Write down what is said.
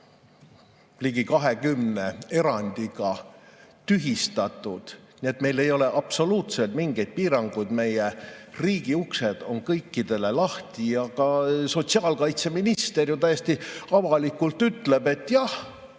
ligi 20 erandiga tühistatud, nii et meil ei ole absoluutselt mingeid piiranguid, meie riigi uksed on kõikidele lahti ja ka sotsiaalkaitseminister täiesti avalikult ütleb, et jah,